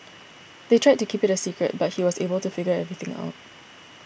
they tried to keep it a secret but he was able to figure everything out